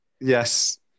Yes